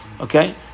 Okay